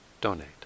donate